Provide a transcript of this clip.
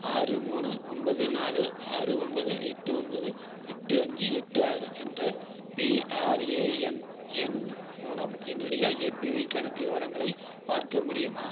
ஆறு மூணு ஒன்பது நாலு ஆறு ஒன்பது எட்டு ஒன்பது எட்டு அஞ்சு எட்டு ஆறு என்ற பிஆர்ஏஎன் எண் மூலம் என்னுடைய எபிஒய் கணக்கு விவரங்களை பார்க்க முடியுமா